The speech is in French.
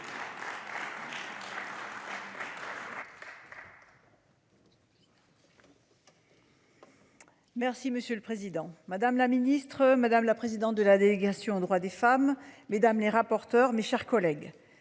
Merci monsieur le président, madame la ministre, madame la présidente de la délégation aux droits des femmes, mesdames les rapporteurs, mes chers collègues